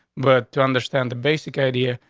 but to understand the basic idea,